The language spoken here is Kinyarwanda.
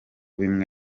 bimwe